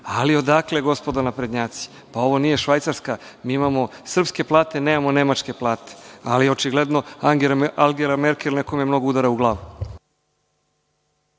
Ali, odakle, gospodo naprednjaci? Pa ovo nije Švajcarska. Mi imamo srpske plate, nemamo nemačke plate. Ali, očigledno Angela Merkel nekome mnogo udara u glavu.